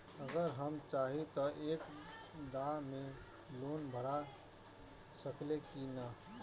अगर हम चाहि त एक दा मे लोन भरा सकले की ना?